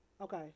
Okay